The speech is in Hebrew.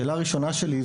השאלה הראשונה שלי,